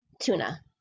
Tuna